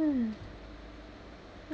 mm